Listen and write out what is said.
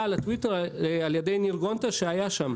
לטוויטר על ידי ניר גונטז' שהיה שם.